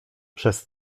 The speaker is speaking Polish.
przez